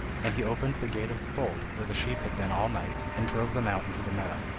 and he opened the gate of the fold, where the sheep had been all night, and drove them out into the meadow.